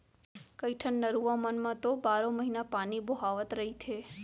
कइठन नरूवा मन म तो बारो महिना पानी बोहावत रहिथे